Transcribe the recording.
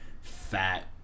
fat